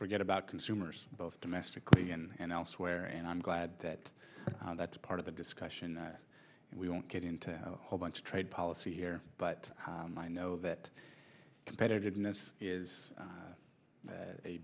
forget about consumers both domestically and elsewhere and i'm glad that that's part of the discussion that we don't get into a whole bunch of trade policy here but i know that competitiveness is